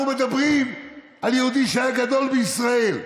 אנחנו מדברים על יהודי שהיה גדול בישראל,